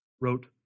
wrote